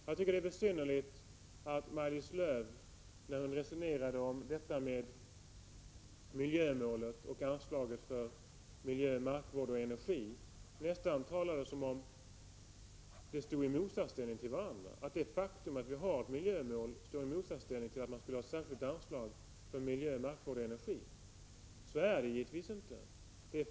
Jag tycker det är besynnerligt att Maj-Lis Lööw, när hon resonerar om detta med miljömålet och anslaget för miljö, markvård och energi, nästan talade som om det faktum att vi har ett miljömål stod i motsatsställning till att vi skulle ha ett särskilt anslag för miljö, markvård och energi. Så är det givetvis inte.